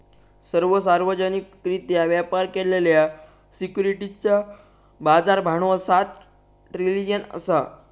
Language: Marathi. सर्व सार्वजनिकरित्या व्यापार केलेल्या सिक्युरिटीजचा बाजार भांडवल सात ट्रिलियन असा